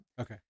Okay